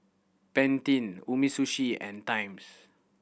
Pantene Umisushi and Times